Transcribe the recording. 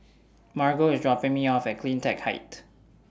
Margo IS dropping Me off At CleanTech Height